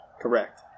Correct